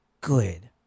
good